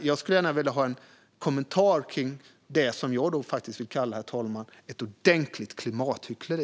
Jag skulle gärna vilja ha en kommentar kring det som jag faktiskt vill kalla ett ordentligt klimathyckleri.